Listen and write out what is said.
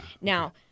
Now